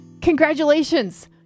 congratulations